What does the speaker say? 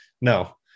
No